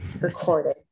recorded